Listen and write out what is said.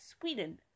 Sweden